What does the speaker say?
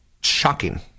shocking